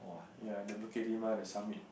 ya the Bukit-Timah the summit